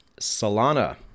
Solana